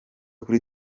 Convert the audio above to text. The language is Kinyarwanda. kuri